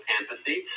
empathy